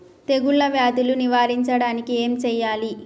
తెగుళ్ళ వ్యాధులు నివారించడానికి ఏం చేయాలి?